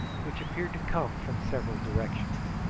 which appeared to come from several directions.